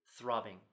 throbbing